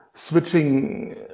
switching